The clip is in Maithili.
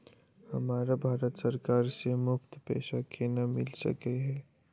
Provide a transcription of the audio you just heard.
हमरा भारत सरकार सँ मुफ्त पैसा केना मिल सकै है?